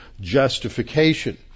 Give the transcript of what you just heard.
justification